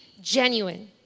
genuine